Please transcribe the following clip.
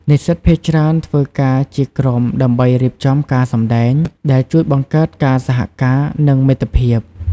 និស្សិតភាគច្រើនធ្វើការជាក្រុមដើម្បីរៀបចំការសម្តែង ដែលជួយបង្កើតការសហការនិងមិត្តភាព។